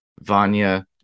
Vanya